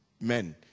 men